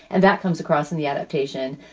and that comes across in the adaptation.